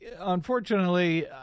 unfortunately